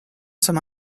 some